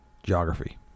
Geography